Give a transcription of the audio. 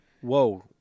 Whoa